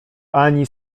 ani